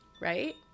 right